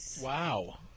Wow